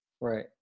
right